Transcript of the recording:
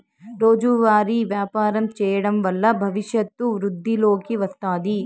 రోజువారీ వ్యాపారం చేయడం వల్ల భవిష్యత్తు వృద్ధిలోకి వస్తాది